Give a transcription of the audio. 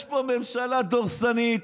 יש פה ממשלה דורסנית,